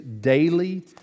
daily